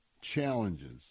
challenges